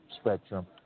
spectrum